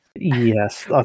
Yes